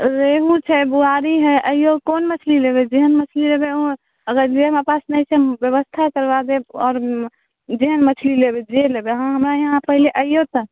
रेहू छै बुआरी हइ अइऔ कोन मछली लेबै जेहन मछली लेबै ओहन अगर जे हमरा पास नहि छै बेबस्था करबा देब आओर जेहन मछली लेबै जे लेबै अहाँ हमरा इहाँ पहिले अइऔ तऽ